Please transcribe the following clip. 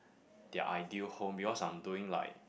their ideal home because I'm doing like